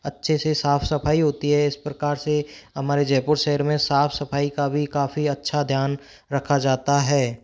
अच्छे से साफ सफाई होती है इस प्रकार से हमारे जयपुर शहर मे साफ सफाई का भी काफ़ी अच्छा ध्यान रखा जाता है